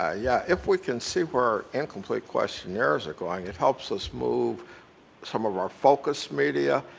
ah yeah if we can see where our incomplete questionnaires are going, it helps us move some of our focus media,